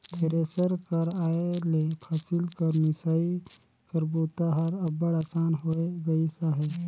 thresher कर आए ले फसिल कर मिसई कर बूता हर अब्बड़ असान होए गइस अहे